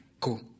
go